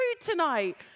tonight